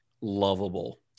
lovable